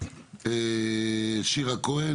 שירה כהן,